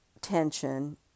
tension